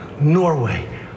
Norway